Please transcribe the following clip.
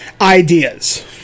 ideas